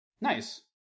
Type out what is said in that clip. Nice